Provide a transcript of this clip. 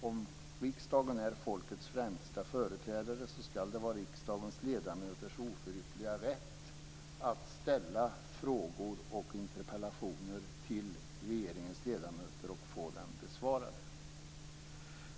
Om riksdagen är folkets främsta företrädare skall det vara riksdagens ledamöters oförytterliga rätt att ställa frågor och interpellationer till regeringens ledamöter och få dem besvarade.